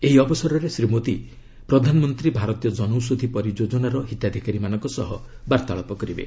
ଏହି ଅବସରରେ ଶ୍ରୀ ମୋଦି 'ପ୍ରଧାନମନ୍ତ୍ରୀ ଭାରତୀୟ କନୌଷଧି ପରିଯୋଜନାର ହିତାଧିକାରୀମାନଙ୍କ ସହ ବାର୍ତ୍ତାଳାପ କରିବେ